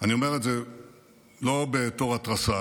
אני אומר את זה לא בתור התרסה,